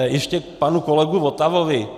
Ještě k panu kolegu Votavovi.